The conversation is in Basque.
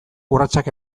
urratsak